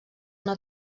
una